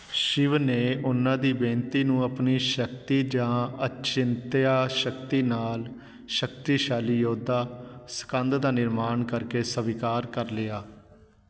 ਸ਼ਿਵ ਨੇ ਉਨ੍ਹਾਂ ਦੀ ਬੇਨਤੀ ਨੂੰ ਆਪਣੀ ਸ਼ਕਤੀ ਜਾਂ ਅਚਿੰਤਿਆ ਸ਼ਕਤੀ ਨਾਲ ਸ਼ਕਤੀਸ਼ਾਲੀ ਯੋਧਾ ਸਕੰਦ ਦਾ ਨਿਰਮਾਣ ਕਰਕੇ ਸਵੀਕਾਰ ਕਰ ਲਿਆ